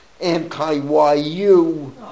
anti-YU